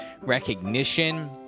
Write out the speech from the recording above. recognition